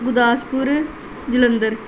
Gurdaspur Jalandhar